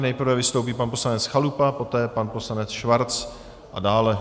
Nejprve vystoupí pan poslanec Chalupa, poté pan poslanec Schwarz a dále.